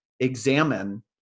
examine